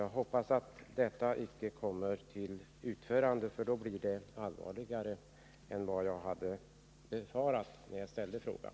Jag hoppas att detta förslag inte kommer till utförande, för då blir läget allvarligare än jag befarade när jag ställde frågan.